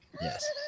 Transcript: Yes